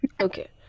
okay